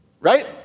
Right